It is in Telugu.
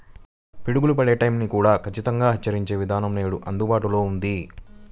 పిడుగులు పడే టైం ని కూడా ఖచ్చితంగా హెచ్చరించే విధానం నేడు అందుబాటులో ఉంది